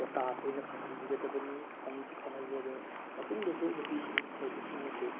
ꯀꯣꯇꯥ ꯑꯩꯈꯣꯏꯒꯤ ꯐꯪꯍꯟꯕꯤꯒꯗꯕꯅꯤ ꯐꯪꯁꯨ ꯐꯪꯍꯜꯂꯤ ꯑꯗꯣ ꯃꯇꯨꯡꯗꯁꯨ ꯅꯨꯄꯤꯁꯤꯡ ꯑꯣꯏꯕꯁꯤꯡꯅꯁꯨ